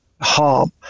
harm